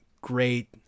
great